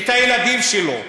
את הילדים שלו.